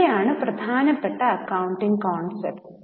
ഇവയാണ് പ്രധാനപ്പെട്ട accounting concepts